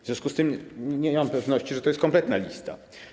W związku z tym nie mam pewności, że to jest kompletna lista.